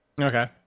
okay